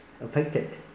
affected